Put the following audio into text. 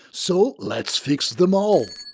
so, lets fix them all